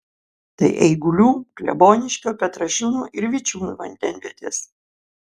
tai eigulių kleboniškio petrašiūnų ir vičiūnų vandenvietės